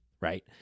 right